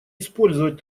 использовать